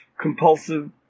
compulsive